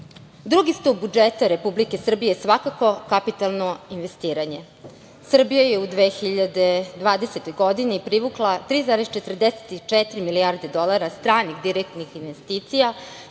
stub budžeta Republike Srbije svakako je kapitalno investiranje. Srbija je u 2020. godini privukla 3,44 milijarde dolara stranih direktnih investicija,